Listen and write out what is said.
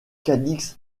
cadix